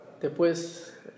Después